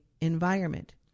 environment